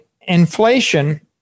inflation